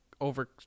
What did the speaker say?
over